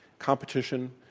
competition,